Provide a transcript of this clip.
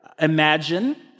Imagine